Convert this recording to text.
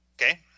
okay